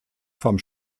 vom